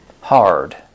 Hard